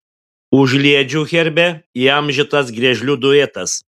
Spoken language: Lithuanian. užliedžių herbe įamžintas griežlių duetas